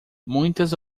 muitas